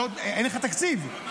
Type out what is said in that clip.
אין לך תקציב.